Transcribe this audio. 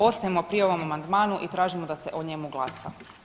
Ostajemo pri ovom amandmanu i tražimo da se o njemu glasa.